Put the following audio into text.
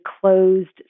closed